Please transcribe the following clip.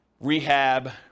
rehab